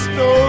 no